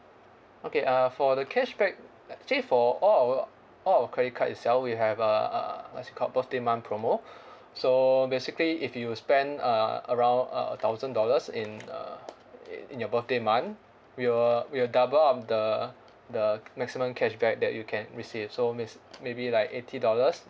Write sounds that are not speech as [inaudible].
okay uh for the cashback actually for all our all our credit card itself we have a a it's called birthday month promo [breath] so basically if you spend a around a thousand dollars in uh in in your birthday month we will we'll double up the the maximum cashback that you can receive so miss maybe like eighty dollars